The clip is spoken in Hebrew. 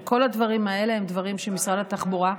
כל הדברים האלה הם דברים שמשרד התחבורה,